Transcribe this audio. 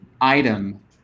item